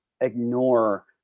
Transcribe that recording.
ignore